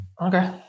Okay